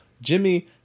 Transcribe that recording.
Jimmy